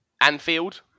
Anfield